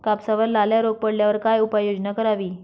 कापसावर लाल्या रोग पडल्यावर काय उपाययोजना करावी?